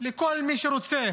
לכל מי שרוצה